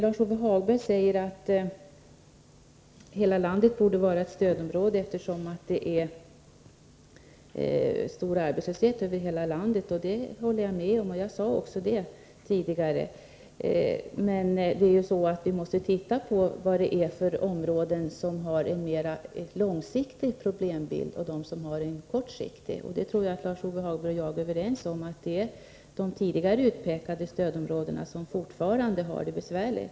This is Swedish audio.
Lars-Ove Hagberg säger att hela landet borde vara ett stödområde, eftersom det råder stor arbetslöshet över hela landet. Det senare håller jag med om. Det framhöll jag också tidigare. Men vi måste försöka fastställa vilka områden som har en mera långsiktig problembild och vilka som har en mera kortsiktig sådan. Jag tror att Lars-Ove Hagberg och jag är överens om att det är de tidigare utpekade stödområdena som fortfarande har det besvärligt.